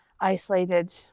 isolated